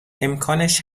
امکانش